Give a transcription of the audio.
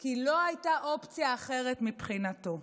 כי לא הייתה אופציה אחרת מבחינתו.